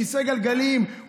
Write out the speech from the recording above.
כיסא גלגלים,